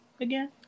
again